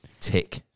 tick